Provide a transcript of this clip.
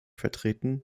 vertreten